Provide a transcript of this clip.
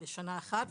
בשנה אחת,